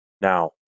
now